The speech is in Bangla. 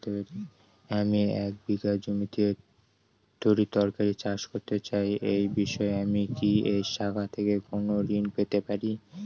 আমি এক বিঘা জমিতে তরিতরকারি চাষ করতে চাই এই বিষয়ে আমি কি এই শাখা থেকে কোন ঋণ পেতে পারি?